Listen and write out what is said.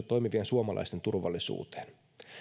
toimivien suomalaisten turvallisuuteen